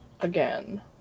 again